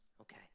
Okay